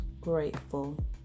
grateful